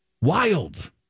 wild